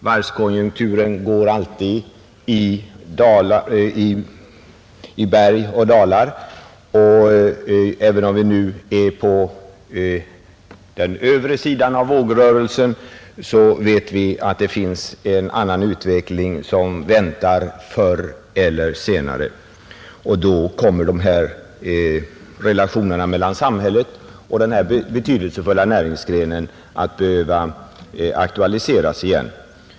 Varvskonjunkturerna går alltid i vågor, och även om vi nu är på den övre sidan av vågrörelsen, så vet vi att det finns en annan utveckling som väntar och då kommer relationerna mellan samhället och den betydelsefulla näringsgrenen att behöva aktualiseras igen.